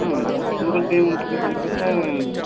ஆ Google பேவும் இருக்குதுங்க இருக்குது சார்